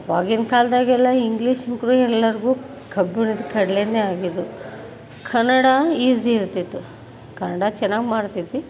ಅವಾಗಿನ ಕಾಲ್ದಲ್ಲೆಲ್ಲ ಇಂಗ್ಲೀಷ್ ಎಲ್ಲರಿಗೂ ಕಬ್ಬಿಣದ ಕಡಲೇನೆ ಆಗಿದ್ದವು ಕನ್ನಡ ಈಝಿ ಇರ್ತಿತ್ತು ಕನ್ನಡ ಚೆನ್ನಾಗ್ ಮಾಡುತಿದ್ವಿ